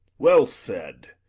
well said!